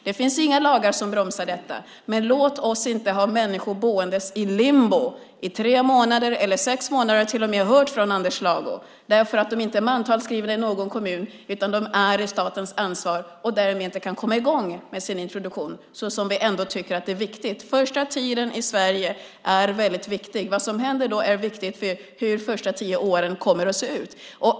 Det finns inga lagar som bromsar detta. Men låt oss inte ha människor boendes i limbo i tre månader, eller till och med sex månader som jag har hört från Anders Lago, därför att de inte är mantalsskrivna i någon kommun utan staten har ansvar för dem. Därmed kan de inte komma i gång med sin introduktion som vi tycker är så viktig. Den första tiden i Sverige är väldigt viktig. Det som händer då är viktigt för hur de första tio åren kommer att se ut.